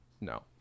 no